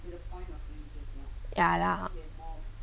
ya lah